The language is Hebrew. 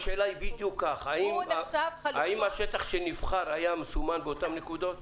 האם השטח שנבחר היה מסומן באותן נקודות?